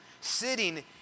sitting